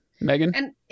Megan